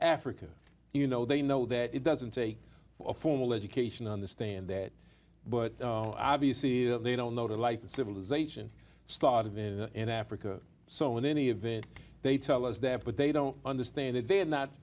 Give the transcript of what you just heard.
africa you know they know that it doesn't take a formal education understand that but obviously they don't know the life of civilization start of in in africa so in any event they tell us that but they don't understand that they are not